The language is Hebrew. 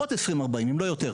אם לא יותר,